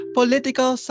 Political